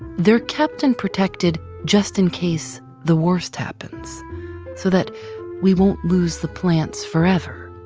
they're kept and protected just in case the worst happens so that we won't lose the plants forever.